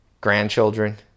grandchildren